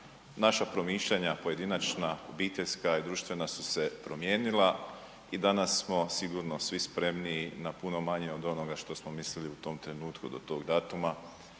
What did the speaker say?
naša promišljanja pojedinačna, obiteljska i društvena su se promijenila i danas smo sigurno svi spremniji na puno manje od onoga što smo mislili u tom trenutku do tog datuma,